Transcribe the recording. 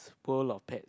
world of pets